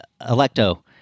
electo